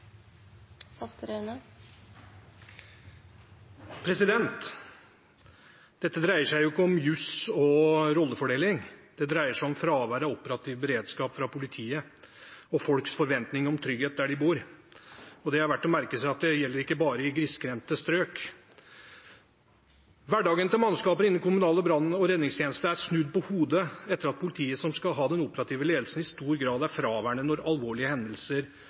til oppfølgingsspørsmål. Dette dreier seg jo ikke om juss og rollefordeling, det dreier seg om fravær av operativ beredskap fra politiet og folks forventning om trygghet der de bor. Og det er verdt å merke seg at det gjelder ikke bare i grisgrendte strøk. Hverdagen til mannskaper innen kommunal brann- og redningstjeneste er snudd på hodet etter at politiet, som skal ha den operative ledelsen, i stor grad er fraværende når alvorlige hendelser